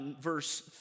verse